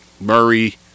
Murray